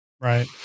Right